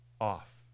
off